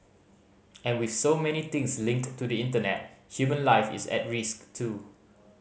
and with so many things linked to the Internet human life is at risk too